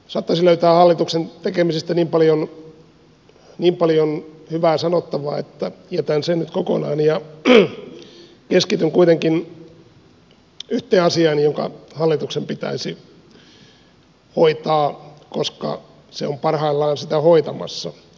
saattaisin löytää hallituksen tekemisistä niin paljon hyvää sanottavaa että jätän sen nyt kokonaan ja keskityn yhteen asiaan joka hallituksen pitäisi hoitaa koska se on parhaillaan sitä hoitamassa